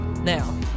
Now